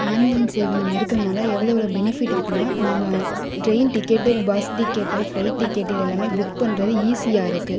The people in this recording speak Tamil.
ஆன்லைன் சேவை நம்ம இருக்கறதுனால எவ்வளோ எவ்வளோ பெனிஃபிட் இருக்குதுன்னா நம்ம train ticket bus ticket flight ticket இதெல்லாமே புக் பண்ணுறது ஈஸியாக இருக்குது